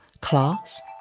class